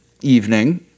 evening